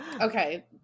Okay